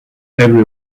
every